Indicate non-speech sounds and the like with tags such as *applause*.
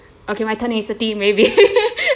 okay my tenacity maybe *laughs*